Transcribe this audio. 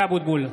(קורא בשמות חברי הכנסת) משה אבוטבול,